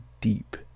deep